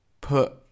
put